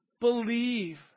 believe